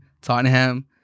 Tottenham